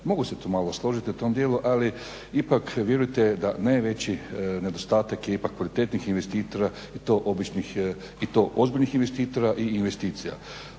Mogu se tu malo složiti u tom dijelu, ali ipak vjerujte da najveći nedostatak je ipak kvalitetnih investitora i to ozbiljnih investitora i investicija.